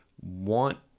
want